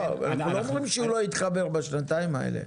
זה לא אומר שהוא לא יתחבר בשנתיים האלה.